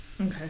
Okay